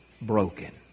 broken